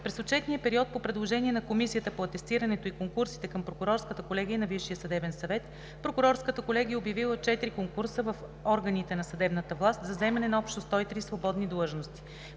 През отчетния период по предложение на Комисията по атестирането и конкурсите към Прокурорската колегия на Висшия съдебен съвет, Прокурорската колегия е обявила четири конкурса в органите на съдебната власт за заемане на общо 103 свободни длъжности.